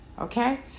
okay